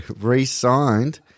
re-signed